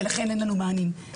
ולכן אין לנו מענים.